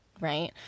right